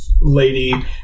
lady